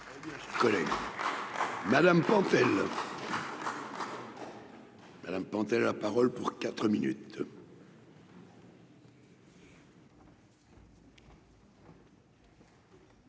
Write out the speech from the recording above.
Madame panthères la parole pour 4 minutes.